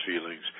feelings